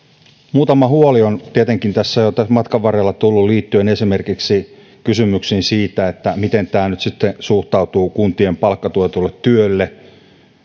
muutama huoli on tietenkin jo tässä matkan varrella tullut liittyen esimerkiksi kysymyksiin siitä miten tämä nyt sitten suhtautuu kuntien palkkatuettuun työhön